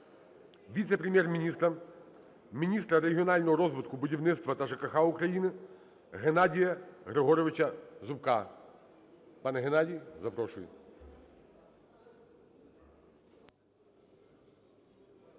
віце-прем'єр-міністра міністра регіонального розвитку будівництва та ЖКГ України Геннадія Григоровича Зубка. Пане Геннадій, запрошую.